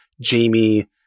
Jamie